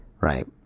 Right